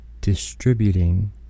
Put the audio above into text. distributing